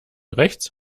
rechts